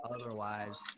otherwise